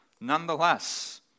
Nonetheless